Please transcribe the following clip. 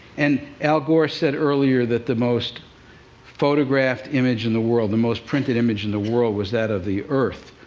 and al gore said earlier that the most photographed image in the world, the most printed image in the world, was that of the earth.